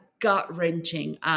gut-wrenching